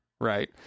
right